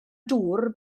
dŵr